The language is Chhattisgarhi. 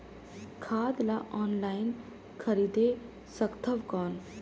खाद ला ऑनलाइन खरीदे सकथव कौन?